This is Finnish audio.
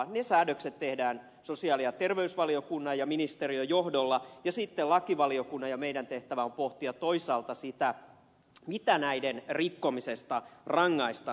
ne säädökset tehdään sosiaali ja terveysvaliokunnan ja ministeriön johdolla ja sitten lakivaliokunnan ja meidän tehtävänämme on pohtia toisaalta sitä miten näiden rikkomisesta rangaistaan